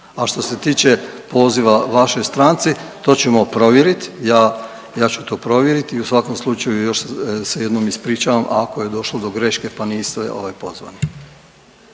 A što se tiče poziva vašoj stranici to ćemo provjeriti, ja ću to provjeriti i u svakom slučaju još se jednom ispričavam ako je došlo do greške pa niste ovaj pozvani.